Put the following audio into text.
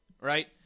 right